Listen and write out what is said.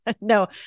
No